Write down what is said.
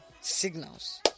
signals